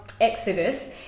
Exodus